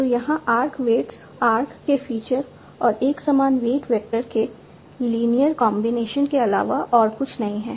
तो यहाँ arc weights arc के फीचर्स और एक समान वेट वेक्टर के लीनियर कॉन्बिनेशन रैखिक संयोजन के अलावा और कुछ नहीं है